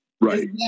Right